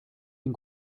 den